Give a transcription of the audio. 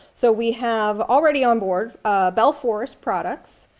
so we have already onboard bell forest products,